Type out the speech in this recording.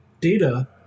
data